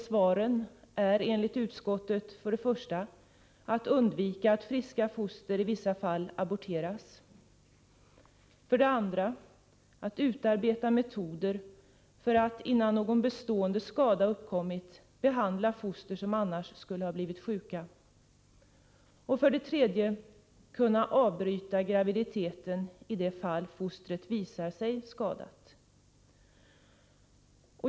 Svaren är enligt utskottet för det första att undvika att friska foster i vissa fall aborteras, för det andra att utarbeta metoder för att, innan någon bestående skada uppkommit, behandla foster som annars skulle ha blivit sjuka, och för det tredje att kunna avbryta graviditeten i de fall fostret visar sig vara skadat.